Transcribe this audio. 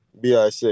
BIC